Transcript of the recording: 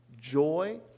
Joy